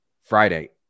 friday